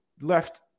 left